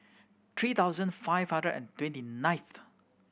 three thousand five hundred and twenty ninth